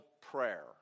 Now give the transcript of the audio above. prayer